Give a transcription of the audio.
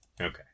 Okay